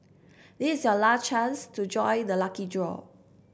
this is your last chance to join the lucky draw